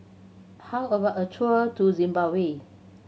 how about a tour to Zimbabwe